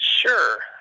Sure